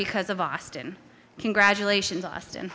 because of austin congratulations austin